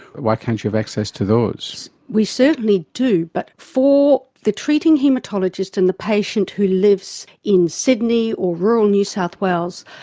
why can't you have access to those? we certainly do, but for the treating haematologist and the patient who lives in sydney or rural new south wales,